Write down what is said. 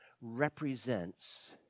represents